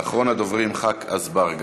אחרון הדוברים, חבר הכנסת אזברגה.